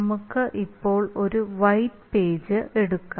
നമുക്ക് ഇപ്പോൾ ഒരു വൈറ്റ് പേജ് എടുക്കാം